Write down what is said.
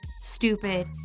stupid